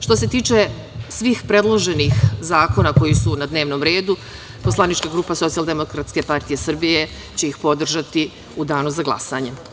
Što se tiče svih predloženih zakona koji su na dnevnom redu, poslanička grupa Socijaldemokratske partije Srbije će ih podržati u danu za glasanje.